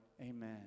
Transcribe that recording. Amen